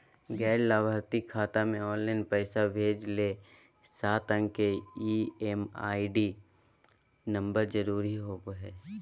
गैर लाभार्थी खाता मे ऑनलाइन पैसा भेजे ले सात अंक के एम.एम.आई.डी नम्बर जरूरी होबय हय